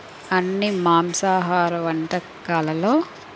అన్ని మాంసాహార వంటకాలలో